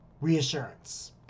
reassurance